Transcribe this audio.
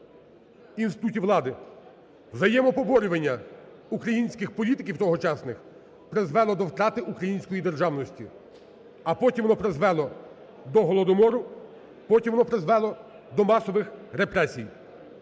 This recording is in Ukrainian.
інститутів влади, взаємопоборювання українських політиків тогочасних призвело до втрати української державності, а потім воно призвело до Голодомору, потім вони призвело до масових репресій.